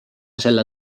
selle